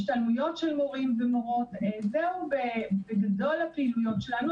השתלמויות של מורים ומורות - אלו בגדול הפעילויות שלנו.